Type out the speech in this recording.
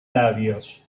labios